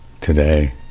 today